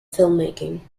filmmaking